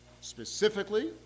Specifically